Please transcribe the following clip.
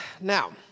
Now